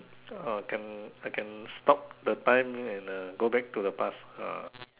uh can I can stop the time and uh go back to the past ah